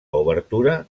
obertura